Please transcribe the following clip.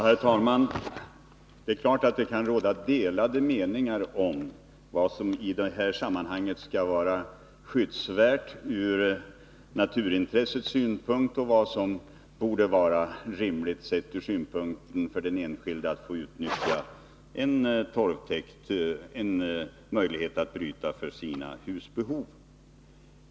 Herr talman! Det är klart att det kan råda delade meningar om vad som i det här sammanhanget skall vara skyddsvärt ur naturvårdsintressets synpunkt liksom om vad som är rimligt med tanke på den enskildes önskemål om att få utnyttja en torvtäkt till husbehov.